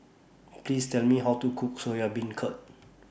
Please Tell Me How to Cook Soya Beancurd